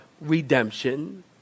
redemption